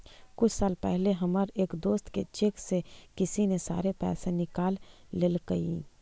कुछ साल पहले हमर एक दोस्त के चेक से किसी ने सारे पैसे निकाल लेलकइ